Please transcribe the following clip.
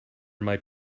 might